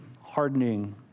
hardening